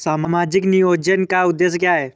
सामाजिक नियोजन का उद्देश्य क्या है?